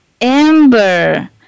Amber